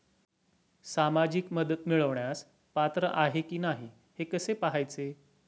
सामाजिक मदत मिळवण्यास पात्र आहे की नाही हे कसे पाहायचे?